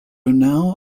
now